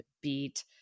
beat